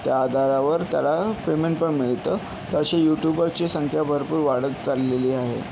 त्या आधारावर त्याला पेमेंट पण मिळतं तशी यूट्युबरची संख्या भरपूर वाढत चाललेली आहे